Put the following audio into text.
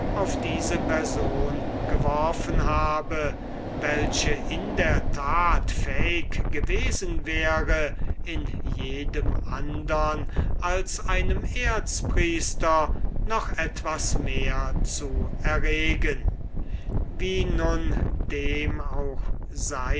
auf diese junge person geworfen habe welche in der tat fähig gewesen wäre in jedem andern als einem erzpriester noch etwas mehr zu erregen wie nun dem auch